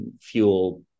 fuel